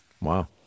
Wow